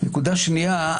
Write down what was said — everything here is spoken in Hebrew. נקודה שנייה,